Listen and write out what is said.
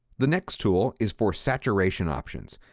the next tool is for saturation options.